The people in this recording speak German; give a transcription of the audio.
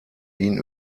ihn